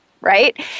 right